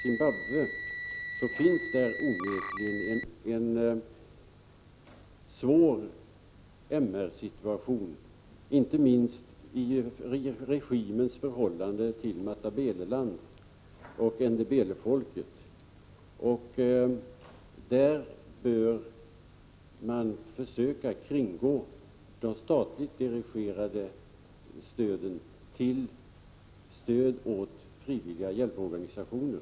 I Zimbabwe råder det onekligen en svår situation beträffande de mänskliga rättigheterna, inte minst beträffande regimens förhållande till Matabeleland och ndebele-folket. Man bör i detta sammanhang försöka kringgå de statligt dirigerade stöden och i stället ge stöd till frivilliga hjälporganisationer.